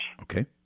Okay